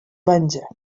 będzie